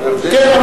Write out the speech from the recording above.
כן,